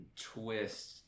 twist